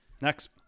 Next